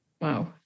Wow